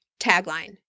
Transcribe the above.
tagline